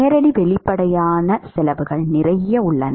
நேரடி வெளிப்படையான செலவுகள் நிறைய உள்ளன